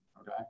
okay